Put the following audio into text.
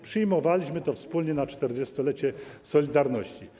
Przyjmowaliśmy je wspólnie na 40-lecie „Solidarności”